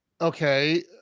Okay